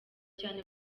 cyane